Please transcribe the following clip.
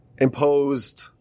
imposed